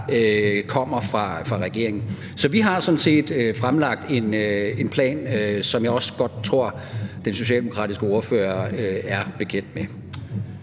kommer fra regeringen. Så vi har sådan set fremlagt en plan, som jeg også godt tror den socialdemokratiske ordfører er bekendt med.